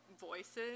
voices